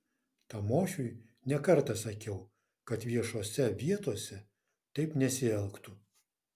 tamošiui ne kartą sakiau kad viešose vietose taip nesielgtų